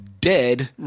dead